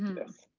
this.